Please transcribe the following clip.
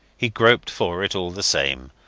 he groped for it all the same,